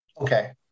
okay